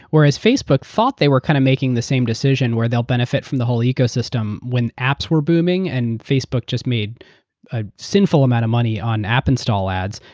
whereas facebook thought they were kind of making the same decision where they'll benefit from the whole ecosystem. when apps were booming and facebook just made a sinful amount of money on app install ads,